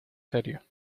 serio